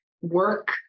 work